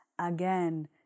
Again